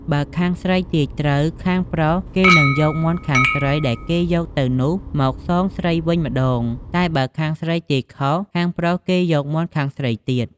បើខាងស្រីទាយត្រូវ ខាងប្រុសគេនឹងយកមាន់ខាងស្រីដែលគេយកទៅនោះមកសងខាងស្រីវិញម្តង តែបើខាងស្រីទាយខុស ខាងប្រុសគេយកមាន់ខាងស្រីទៀត។